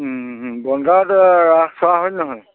বন্ধাত ৰাস চোৱা হয় নহয়